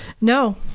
No